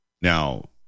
Now